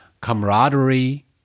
camaraderie